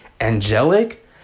angelic